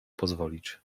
pozwolić